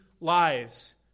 lives